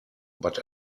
but